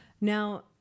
Now